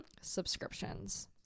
subscriptions